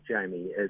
Jamie